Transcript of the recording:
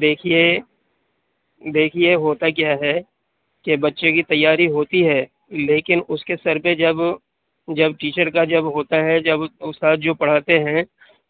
دیکھیے دیکھیے ہوتا کیا ہے کہ بچے کی تیاری ہوتی ہے لیکن اُس کے سر پہ جب جب ٹیچر کا جب ہوتا ہے جب اُستاد جو پڑھاتے ہیں